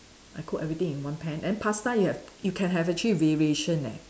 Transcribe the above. I cook everything in one pan and pasta you have you can actually have variation leh